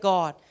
God